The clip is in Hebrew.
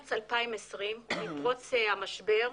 במארס 2020, עם פרוץ משבר הקורונה,